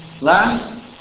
Last